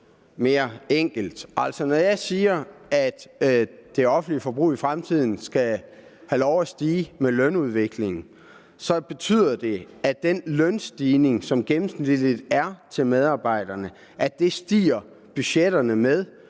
når jeg siger, at det offentlige forbrug i fremtiden skal have lov at stige med lønudviklingen, betyder det, at den lønstigning, som gennemsnitligt er til medarbejderne, stiger budgetterne med.